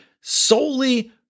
solely